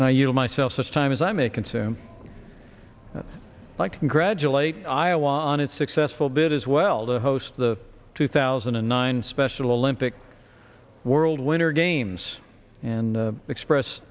know myself this time as i may consume i congratulate iowa on its successful bid as well to host the two thousand and nine special olympics world winter games and express